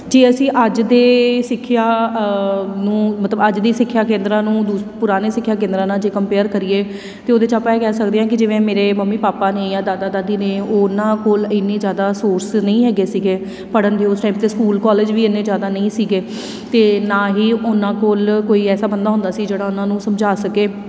ਜੇ ਅਸੀਂ ਅੱਜ ਦੇ ਸਿੱਖਿਆ ਨੂੰ ਮਤਲਬ ਅੱਜ ਦੀ ਸਿੱਖਿਆ ਕੇਂਦਰਾਂ ਨੂੰ ਦੂਸ ਪੁਰਾਣੇ ਸਿੱਖਿਆ ਕੇਂਦਰਾਂ ਨਾਲ ਜੇ ਕੰਪੇਅਰ ਕਰੀਏ ਅਤੇ ਉਹਦੇ 'ਚ ਆਪਾਂ ਇਹ ਕਹਿ ਸਕਦੇ ਹਾਂ ਕਿ ਜਿਵੇਂ ਮੇਰੇ ਮੰਮੀ ਪਾਪਾ ਨੇ ਜਾਂ ਦਾਦਾ ਦਾਦੀ ਨੇ ਉਹਨਾਂ ਕੋਲ ਇੰਨੇ ਜ਼ਿਆਦਾ ਸੋਰਸ ਨਹੀਂ ਹੈਗੇ ਸੀਗੇ ਪੜ੍ਹਨ ਦੀ ਉਸ ਟਾਈਮ 'ਤੇ ਸਕੂਲ ਕਾਲਜ ਵੀ ਇੰਨੇ ਜ਼ਿਆਦਾ ਨਹੀਂ ਸੀਗੇ ਅਤੇ ਨਾ ਹੀ ਉਹਨਾਂ ਕੋਲ ਕੋਈ ਐਸਾ ਬੰਦਾ ਹੁੰਦਾ ਸੀ ਜਿਹੜਾ ਉਹਨਾਂ ਨੂੰ ਸਮਝਾ ਸਕੇ